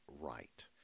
right